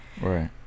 right